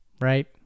right